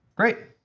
great.